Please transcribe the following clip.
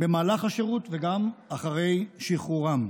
במהלך השירות וגם אחרי שחרורם.